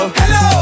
hello